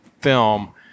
film